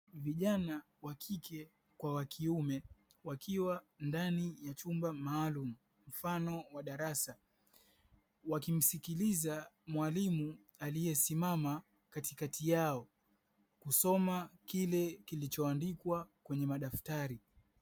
Vijana wa kike kwa wa kiume wakiwa ndani ya chumba maalumu mfano wa darasa, wakimsikiliza mwalimu aliye simama katikati yao, kusoma kile kilicho andikwa kwenye madaftari.